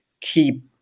keep